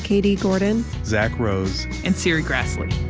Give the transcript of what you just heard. katie gordon, zack rose, and serri graslie